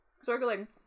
circling